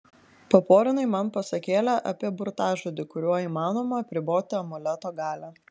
paporinai man pasakėlę apie burtažodį kuriuo įmanoma apriboti amuleto galią